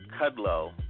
Kudlow